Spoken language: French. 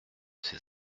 ces